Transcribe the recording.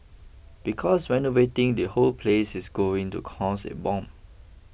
because renovating the whole place is going to cost a bomb